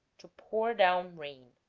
to pour down rain.